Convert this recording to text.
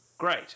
Great